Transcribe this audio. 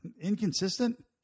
Inconsistent